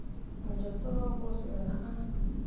ᱡᱚᱛᱚ ᱠᱚᱥᱮᱜ ᱢᱮᱱᱟᱜᱼᱟ